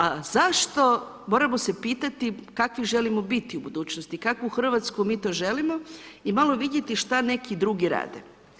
A zašto moramo se pitati kakvi želimo biti u budućnosti, kakvu Hrvatsku mi to želimo i malo vidjeti šta neki drugi rade.